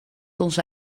onze